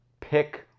pick